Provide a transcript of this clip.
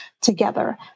together